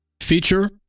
feature